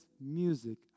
music